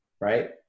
right